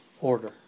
order